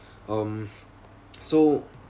um so